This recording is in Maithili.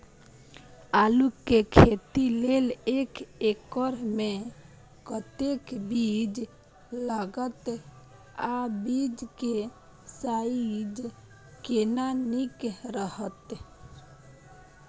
आलू के खेती लेल एक एकर मे कतेक बीज लागत आ बीज के साइज केना नीक रहत?